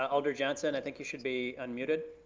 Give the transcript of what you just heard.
ah alder johnson, i think you should be unmuted?